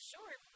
Sure